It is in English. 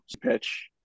pitch